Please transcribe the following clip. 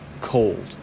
cold